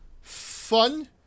fun